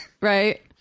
right